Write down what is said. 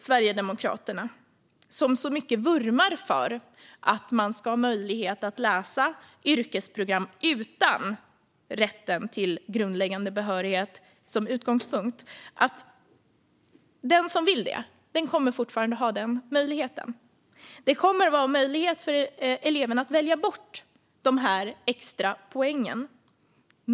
Sverigedemokraterna vurmar så mycket för att man ska ha möjlighet att läsa yrkesprogram utan rätten till grundläggande behörighet som utgångspunkt. Då vill jag säga till dem att den som vill det kommer fortfarande att ha denna möjlighet. Det kommer att finnas möjlighet för eleverna att välja bort dessa extra poäng.